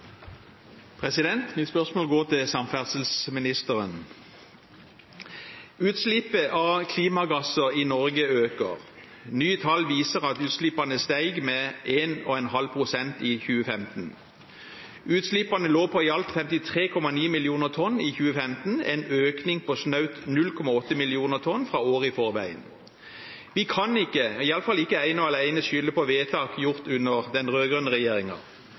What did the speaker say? Mitt spørsmål går til samferdselsministeren. Utslippet av klimagasser i Norge øker. Nye tall viser at utslippene steg med 1,5 pst. i 2015. Utslippene lå på i alt 33,9 mill. tonn i 2015 – en økning på snaut 0,8 mill. tonn fra året før. Vi kan ikke, iallfall ikke ene og alene, skylde på vedtak gjort under den